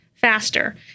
faster